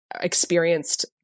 experienced